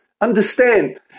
Understand